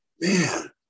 Man